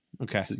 Okay